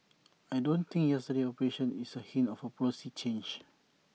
I don't think yesterday's operation is A hint of A policy change